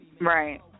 Right